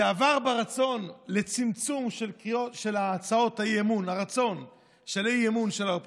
זה עבר לרצון לצמצום הצעות אי-אמון של האופוזיציה,